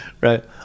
Right